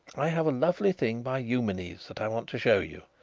i have a lovely thing by eumenes that i want to show you.